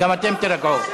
גם אתם תירגעו.